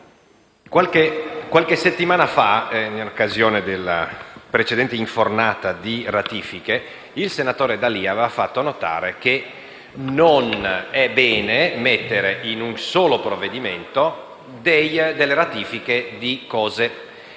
qualche settimana fa, in occasione della precedente infornata di ratifiche, il senatore D'Alì aveva fatto notare che non è opportuno inserire in un solo provvedimento ratifiche di accordi